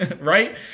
right